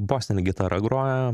bosine gitara groja